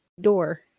door